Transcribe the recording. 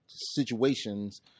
situations